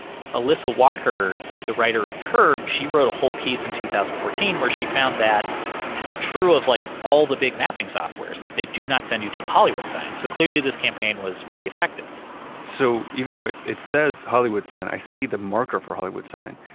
alyssa walker, who's a writer at curbed, she wrote a whole piece in two thousand and fourteen where she found that it's true of like all the big mapping softwares that they do not send you to the hollywood sign. so clearly this campaign was pretty effective so, even though it it says hollywood sign, i see the marker for hollywood sign,